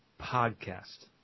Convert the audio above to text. podcast